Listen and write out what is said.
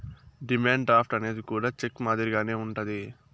demand draft అనేది కూడా cheque మాదిరిగానే ఉంటది